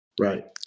Right